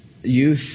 youth